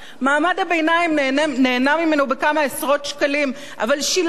מעמד הביניים נהנה ממנו בכמה עשרות שקלים אבל שילם את זה